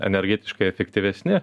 energetiškai efektyvesni